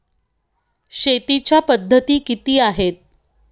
शेतीच्या पद्धती किती आहेत?